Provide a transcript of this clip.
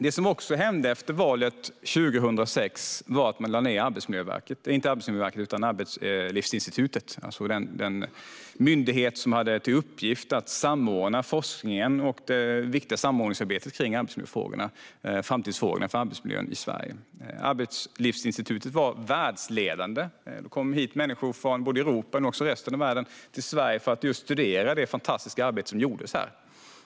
Det som också hände efter valet 2006 var att man lade ned Arbetslivsinstitutet, alltså den myndighet som hade till uppgift att samordna forskningen och det viktiga samordningsarbetet kring arbetsmiljöfrågorna och framtidsfrågorna för arbetsmiljön i Sverige. Arbetslivsinstitutet var världsledande. Det kom människor från både Europa och resten av världen hit till Sverige för att studera det fantastiska arbete som gjordes här.